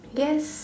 yes